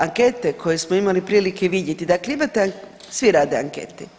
Ankete koje smo imali prilike vidjeti, dakle imate svi rade ankete.